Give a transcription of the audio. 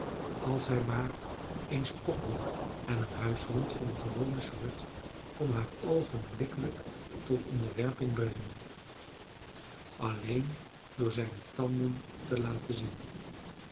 als hij maar eens kokkelde en een huishond van de gewone soort kon haar oogenblikkelijk tot onderwerping brengen alleen door zijne tanden te laten zien